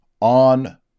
on